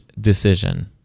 decision